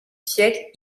siècle